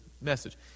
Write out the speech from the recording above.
message